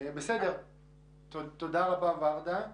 תודה רבה, ורדה.